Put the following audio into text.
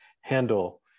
handle